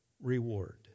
reward